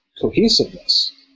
cohesiveness